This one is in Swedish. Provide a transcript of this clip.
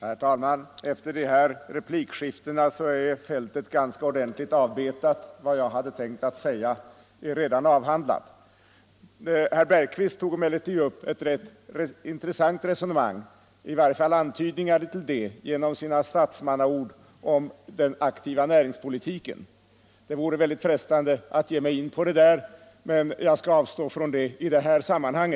Herr talman! Efter detta replikskifte är fältet ganska ordentligt avbetat. — Lån till trädgårds Vad jag hade tänkt säga är redan avhandlat. näringen Herr Bergqvist tog emellertid upp ett rätt intressant resonemang -— i varje fall antydningar till det — genom sina statsmannaord om den aktiva näringspolitiken. Det vore frestande för mig att ge mig in på den, men jag skall avstå i detta sammanhang.